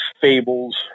fables